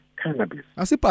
cannabis